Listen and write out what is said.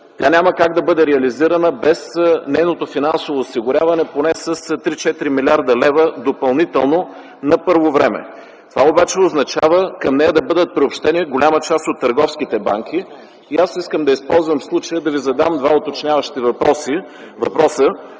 тя няма как да бъде реализирана без нейното финансово осигуряване поне с 3-4 млрд. лв. допълнително на първо време. Това обаче означава към нея да бъдат приобщени голяма част от търговските банки. Аз искам да използвам случая да Ви задам два уточняващи въпроса: